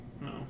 No